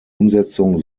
umsetzung